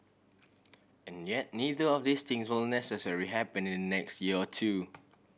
and yet neither of these things will necessary happen in the next year or two